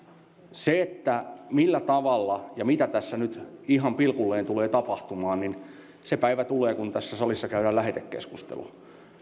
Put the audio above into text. millä tavalla ja mitä tässä nyt ihan pilkulleen tulee tapahtumaan se päivä tulee kun tässä salissa käydään lähetekeskustelua